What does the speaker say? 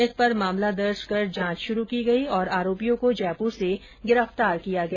इस पर मामला दर्ज कर जांच शुरू की गई और आरोपियों को जयपूर से गिरफ्तार किया गया